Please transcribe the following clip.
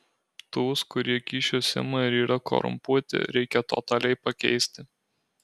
tuos kurie kyšius ima ir yra korumpuoti reikia totaliai pakeisti